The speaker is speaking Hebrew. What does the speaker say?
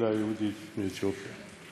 לקהילה היהודית מאתיופיה.